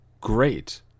great